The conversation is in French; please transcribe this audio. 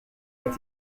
est